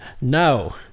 No